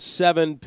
seven